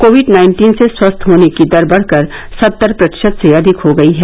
Covid nineteen से स्वस्थ होने की दर बढकर सत्तर प्रतिशत से अधिक हो गई है